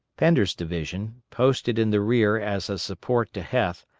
pender's division, posted in the rear as a support to heth,